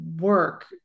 work